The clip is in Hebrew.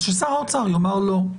אז ששר האוצר יאמר לא.